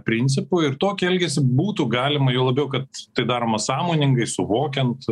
principų ir tokį elgesį būtų galima juo labiau kad tai daroma sąmoningai suvokiant